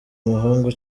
umuhungu